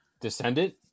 descendant